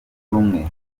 rumwe